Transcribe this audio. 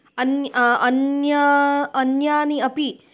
अन्यः अन्या अन्यानि अपि